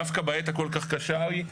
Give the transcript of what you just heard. דווקא בעת הכול כך קשה ההיא.